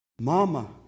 Mama